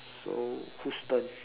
so whose turn